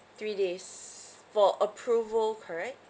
three days for approval correct